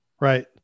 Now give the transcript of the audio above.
Right